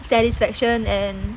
satisfaction and